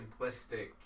simplistic